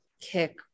kick